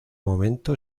momento